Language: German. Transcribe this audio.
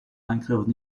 eingriffe